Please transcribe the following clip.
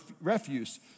refuse